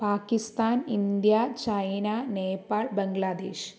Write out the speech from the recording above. Pakistan India China Nepal Bangladesh